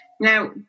Now